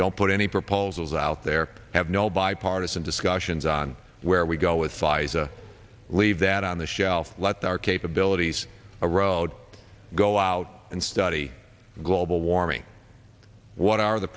don't put any proposals out there have no bipartisan discussions on where we go with pfizer leave that on the shelf let our capabilities a road go out and study global warming what are the